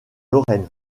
lorraine